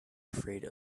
afraid